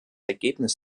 ergebnis